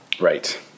right